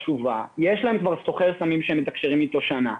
יש להם סוחר סמים שהם מתקשרים אתו שנה,